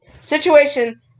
situation